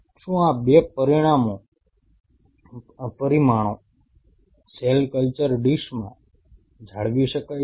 શું આ 2 પરિમાણો સેલ કલ્ચર ડીશમાં જાળવી શકાય છે